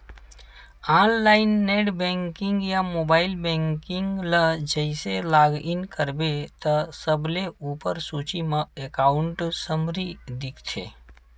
online net banking या mobile banking ल जइसे लॉग इन करबे त सबले उप्पर सूची म एकांउट समरी दिखथे